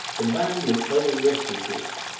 combined with other requisites,